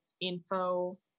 info